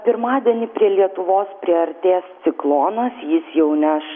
pirmadienį prie lietuvos priartės ciklonas jis jau neš